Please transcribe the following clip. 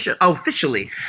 officially